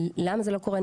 למה זה לא קורה,